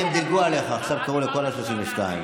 תחדלו את הקרע בעם, חבר הכנסת סעדה.